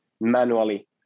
manually